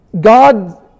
God